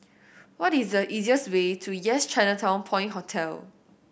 what is the easiest way to Yes Chinatown Point Hotel